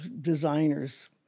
designers